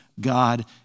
God